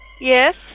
Yes